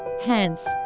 Hence